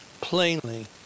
plainly